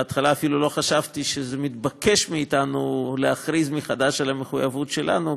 בהתחלה אפילו לא חשבתי שמתבקש מאתנו להכריז מחדש על המחויבות שלנו,